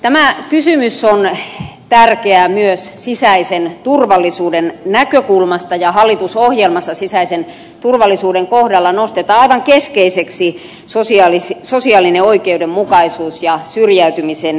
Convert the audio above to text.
tämä kysymys on tärkeä myös sisäisen turvallisuuden näkökulmasta ja hallitusohjelmassa sisäisen turvallisuuden kohdalla nostetaan aivan keskeiseksi sosiaalinen oikeudenmukaisuus ja syrjäytymisen ehkäisy